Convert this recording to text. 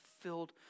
filled